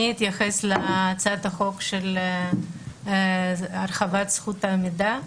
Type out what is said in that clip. אני אתייחס להצעת החוק של הרחבת זכות העמידה,